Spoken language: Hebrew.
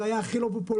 זה היה הכי לא פופולרי,